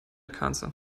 cancer